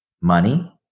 money